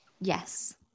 Yes